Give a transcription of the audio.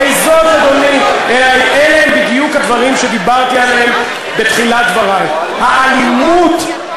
הרי אלה הם בדיוק הדברים שדיברתי עליהם בתחילת דברי: האלימות,